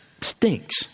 stinks